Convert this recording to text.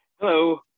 Hello